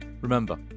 remember